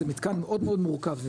זה מתקן מאוד מאוד מורכב,